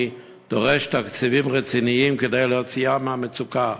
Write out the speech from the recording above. דורש תקציבים רציניים כדי להוציאם מהמצוקה,